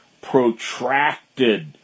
protracted